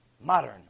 modern